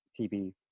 TV